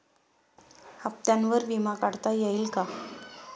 हप्त्यांवर विमा काढता येईल का?